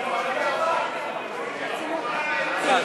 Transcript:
לתמוך בהצעת